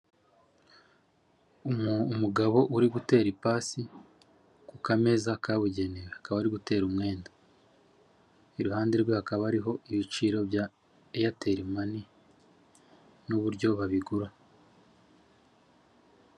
Umugabo uri gutera ipasi ku kameza kabugenewe, akaba ari gutera umwenda. Iruhande rwe hakaba hariho ibiciro bya Airtel money n'uburyo babigura.